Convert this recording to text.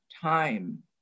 time